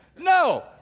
No